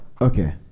Okay